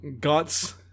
guts